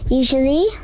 usually